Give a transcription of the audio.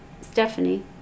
Stephanie